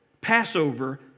Passover